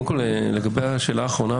לגבי השאלה האחרונה.